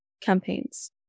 campaigns